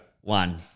one